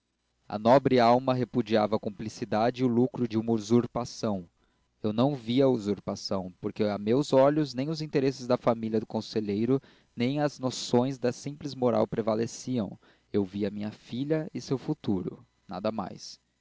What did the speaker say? a nobre alma repudiava a cumplicidade e o lucro de uma usurpação eu não via usurpação porque a meus olhos nem os interesses da família do conselheiro nem as noções da simples moral prevaleciam eu via minha filha e seu futuro nada mais